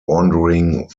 wandering